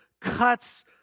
cuts